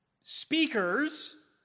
speakers